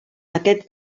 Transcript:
aquest